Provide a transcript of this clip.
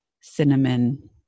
cinnamon